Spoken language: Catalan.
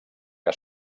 que